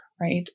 right